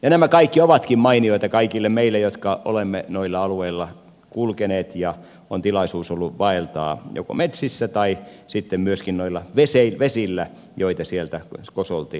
ja nämä kaikki ovatkin mainioita kaikille meille jotka olemme noilla alueilla kulkeneet ja joilla on tilaisuus ollut vaeltaa joko metsissä tai sitten myöskin noilla vesillä joita sieltä kosolti löytyy